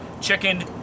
Chicken